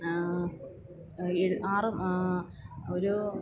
ഏഴ് ആറ് ഒരു